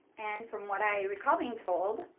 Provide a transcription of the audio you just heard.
and from what i recall being told,